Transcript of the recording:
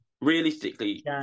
Realistically